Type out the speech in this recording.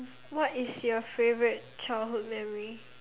what is your favourite childhood memory